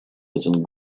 один